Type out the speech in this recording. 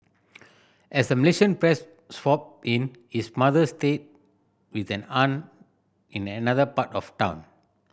as the Malaysian press swooped in his mother stayed with an aunt in another part of town